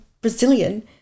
Brazilian